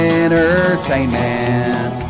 entertainment